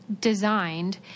designed